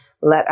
let